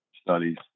studies